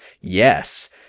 yes